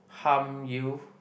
harm you